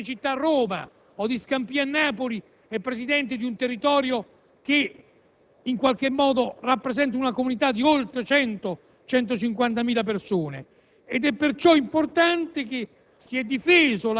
delle grandi città metropolitane. Infatti, il Presidente di Cinecittà a Roma o di Scampia a Napoli è Presidente di un territorio che rappresenta una comunità di oltre 100‑150.000 persone,